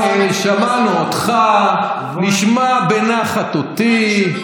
בבקשה, שמענו אותך, נשמע בנחת אותי.